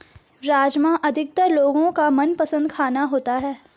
राजमा अधिकतर लोगो का मनपसंद खाना होता है